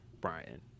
brian